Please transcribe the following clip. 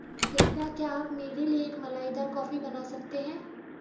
कृपया क्या आप मेरे लिए एक मलाईदार कॉफी बना सकते हैं